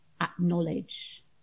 acknowledge